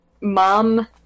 mom